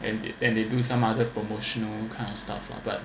and they and they do some other promotional kind of stuff lah but